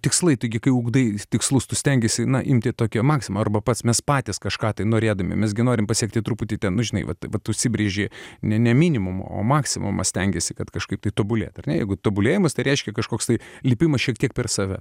tikslai taigi kai ugdai tikslus tu stengiesi na imti tokią maksimą arba pats mes patys kažką tai norėdami mes gi norim pasiekti truputį ten nu žinai vat vat užsibrėžė ne ne minimumą o maksimumą stengiasi kad kažkaip tobulėt ar ne jeigu tobulėjimas tai reiškia kažkoks tai lipimas šiek tiek per save